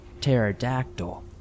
pterodactyl